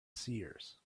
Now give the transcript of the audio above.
seers